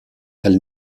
elle